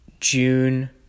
June